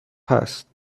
هست